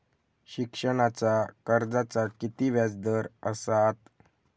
शिक्षणाच्या कर्जाचा किती व्याजदर असात?